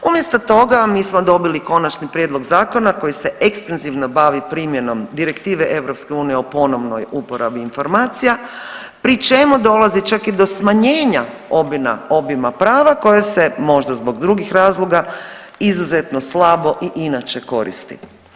Umjesto toga mi smo dobili konačni prijedlog zakona koji se ekstenzivno bavi primjenom direktive EU o ponovnoj uporabi informacija pri čemu dokazi čak i do smanjenja obima prava koja se možda zbog drugih razloga izuzetno slabo i inače koristi.